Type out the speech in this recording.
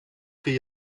vier